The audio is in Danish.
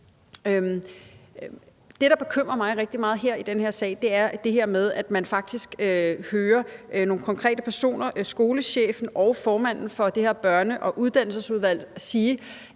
den her sag, er det her med, at man faktisk hører nogle konkrete personer, skolechefen og formanden for det her børne- og uddannelsesudvalg, sige,